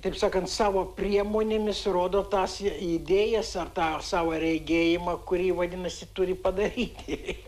taip sakant savo priemonėmis rodo tas idėjas ar tą savo regėjimą kurį vadinasi turi padaryti